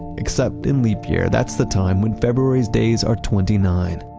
except in leap year. that's the time when february's days are twenty nine.